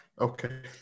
Okay